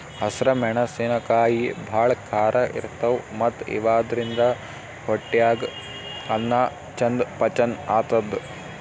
ಹಸ್ರ್ ಮೆಣಸಿನಕಾಯಿ ಭಾಳ್ ಖಾರ ಇರ್ತವ್ ಮತ್ತ್ ಇವಾದ್ರಿನ್ದ ಹೊಟ್ಯಾಗ್ ಅನ್ನಾ ಚಂದ್ ಪಚನ್ ಆತದ್